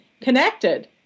connected